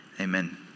amen